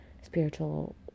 spiritual